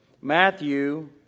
Matthew